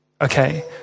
Okay